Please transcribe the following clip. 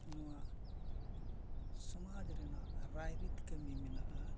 ᱱᱚᱣᱟ ᱥᱚᱢᱟᱡᱽ ᱨᱮᱱᱟᱜ ᱨᱟᱭᱨᱤᱛ ᱠᱟᱹᱢᱤ ᱢᱮᱱᱟᱜᱼᱟ